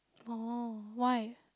oh why